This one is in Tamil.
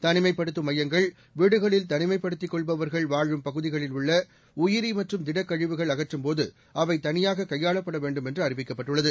தனிமைப்படுத்தும் மையங்கள் வீடுகளில் தனிமைப்படுத்திக் கொள்பவர்கள் வாழும் பகுதிகளில் உள்ள உயிரி மற்றும் திடக் கழிவுகள் அகற்றும் போது அவை தனியாக கையாளப்பட வேண்டும் என்று அறிவிக்கப்பட்டுள்ளது